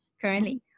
currently